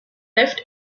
left